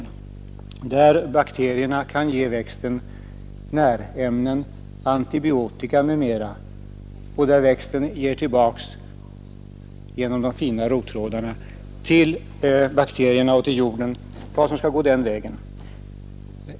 En funktion där bakterierna kan ge växten närämnen, antibiotika m.m. och där växten genom de fina rottrådarna ger tillbaka till bakterierna och till jorden vad som skall gå den vägen.